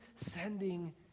sending